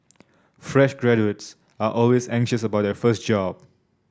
fresh graduates are always anxious about their first job